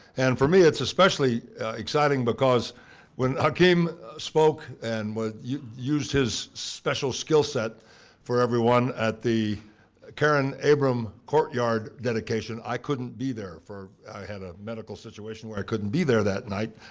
and for me, it's especially exciting because when hakim spoke and yeah used his special skill set for everyone at the karen abram courtyard dedication, i couldn't be there. for i had a medical situation where i couldn't be there that night,